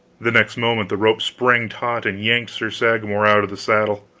the next moment the rope sprang taut and yanked sir sagramor out of the saddle!